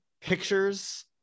pictures